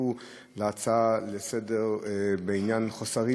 שהצטרפו להצעה לסדר-היום בעניין חוסרים